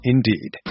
Indeed